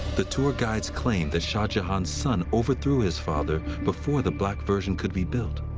the tour guides claim that shah jahan's son overthrew his father before the black version could be built.